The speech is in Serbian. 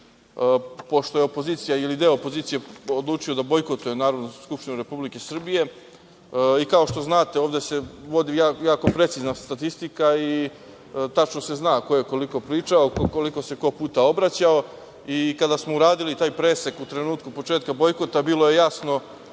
Pošto je opozicija ili deo opozicije odlučuje da bojkotuje Narodnu skupštinu Republike Srbije i, kao što znate, ovde se vodi jako precizna statistika i tačno se zna ko je koliko pričao, koliko se ko puta obraćao i kada smo uradili taj presek u trenutku početka bojkota, bilo je jasno